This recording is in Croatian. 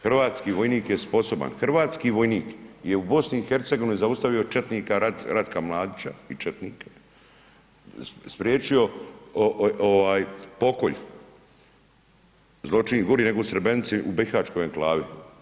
Hrvatski vojnik je sposoban, hrvatski vojnik je u BiH zaustavio četnika Ratka Mladića i četnike, spriječio pokolj zločin gori nego u Srebrenici u bihaćkoj enklavi.